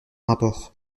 rapport